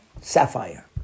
sapphire